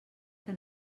que